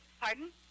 Pardon